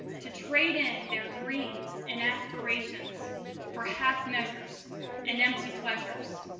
to trade in their dreams and aspirations for half-measures and empty pleasures.